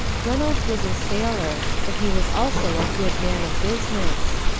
reynolds was a sailor, but he was also a good man of business.